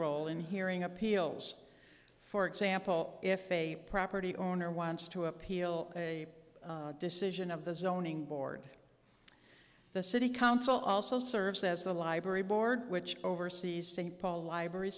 role in hearing appeals for example if a property owner wants to appeal a decision of the zoning board the city council also serves as the library board which oversees st paul library